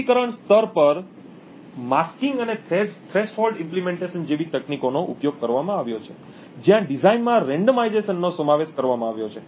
અમલીકરણ સ્તર પર માસ્કીંગ અને થ્રેશોલ્ડ અમલીકરણ જેવી તકનીકોનો ઉપયોગ કરવામાં આવ્યો છે જ્યાં ડિઝાઇનમાં રેન્ડમાઇઝેશનનો સમાવેશ કરવામાં આવ્યો છે